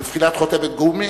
בבחינת חותמת גומי,